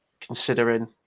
considering